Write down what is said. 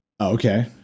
okay